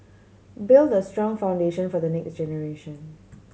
build the strong foundation for the next generation